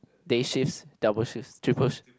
day shifts double shifts triple sh~